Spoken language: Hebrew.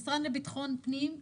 למשרד לביטחון פנים.